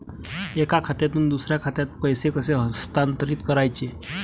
एका खात्यातून दुसऱ्या खात्यात पैसे कसे हस्तांतरित करायचे